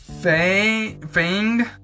Fang